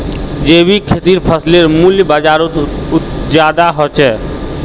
जैविक खेतीर फसलेर मूल्य बजारोत ज्यादा होचे